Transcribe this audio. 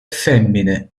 femmine